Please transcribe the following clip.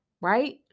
Right